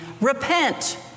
Repent